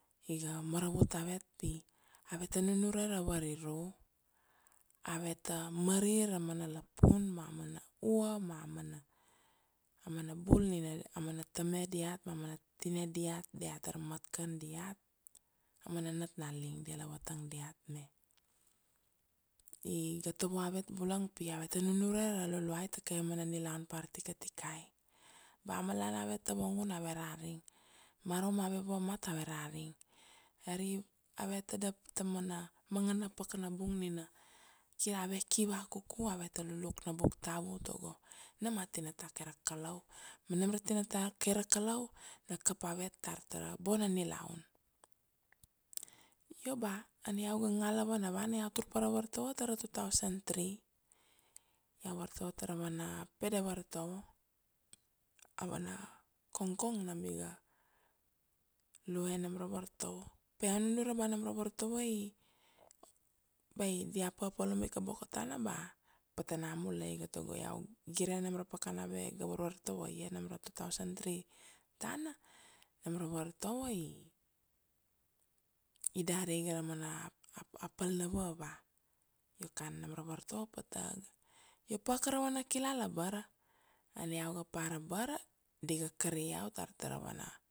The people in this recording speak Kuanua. iga maravut avet pi aveta nunure ra variru, aveta mari ra mana lapun ma amana ua ma amana bul nina amana tame diat ma amana tine diat, diat tar mat kan diat, amana nat na ling dia ala vatang diat me. Iga tovo avet bulang pi aveta nunure ra Luluai ta kaveve mana nilaun par tikatikai. Ba malana ave tavangun ave araring, marum ave vamat ave araring. Ari ave tadap ta mana manga na pakana bung nina kir ave ki vakuku, aveta luluk na buk tabu tago nam a tinata kai ra Kalau, ma nam ra tinata kai ra Kalau na kap avet tar tara bona nilaun. Io ba ania iau ga ngala vanavana iau tur pa ra vartovo tara two thousand three, iau vartovo tara vana pede vartovo, a vana kongkong nam iga lue nam ra vartovo, pa iau nunure ba nam ra vartovo ba dia papalum ika boko tana ba patana mulai iga, tago iau gire nam ra pakana ave ga varvartovo ia nam ra two thousand three tana, nam ra vartovo i dari iga ra mana pal na vava. Io kan nam ra vartovo pata ga, io pa ka ra vana kilala abara, ania iau ga par abara, di ga kari iau tar tara vana